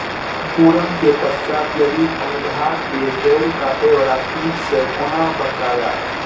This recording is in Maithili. अंकुरण के पश्चात यदि पोधा के जैड़ काटे बाला कीट से कोना बचाया?